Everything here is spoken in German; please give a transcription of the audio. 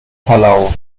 palau